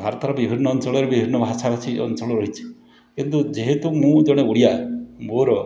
ଭାରତର ବିଭିନ୍ନ ଅଞ୍ଚଳରେ ବିଭିନ୍ନ ଭାଷାଭାଷୀ ଅଞ୍ଚଳ ରହିଛି କିନ୍ତୁ ଯେହେତୁ ମୁଁ ଜଣେ ଓଡ଼ିଆ ମୋର